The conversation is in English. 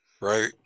Right